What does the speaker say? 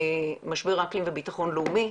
משבר האקלים ובטחון לאומי.